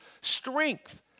strength